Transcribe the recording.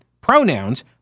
pronouns